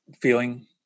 feeling